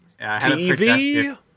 tv